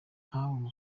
nkawe